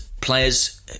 players